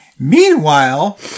Meanwhile